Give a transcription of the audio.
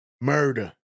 murder